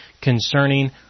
concerning